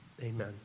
amen